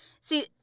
See